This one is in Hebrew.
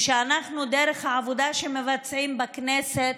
שאנחנו, דרך העבודה שאנחנו מבצעים בכנסת,